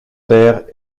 terre